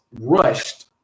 rushed